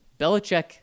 Belichick